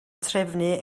trefnu